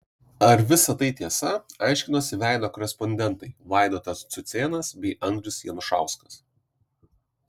ar visa tai tiesa aiškinosi veido korespondentai vaidotas cucėnas bei andrius janušauskas